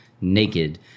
naked